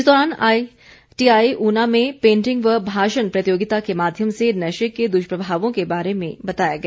इस दौरान आईटीआई ऊना में पेंटिंग व भाषण प्रतियोगिता के माध्यम से नशे के दुष्प्रभावों के बारे में बताया गया